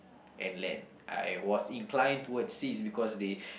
and land I was inclined towards seas because they